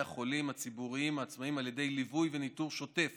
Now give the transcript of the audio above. החולים הציבוריים העצמאיים על ידי ליווי וניטור שוטף